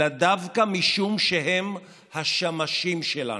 אלא דווקא משום שהם השמשים שלנו.